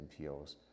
NPOs